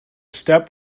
step